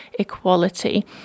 Equality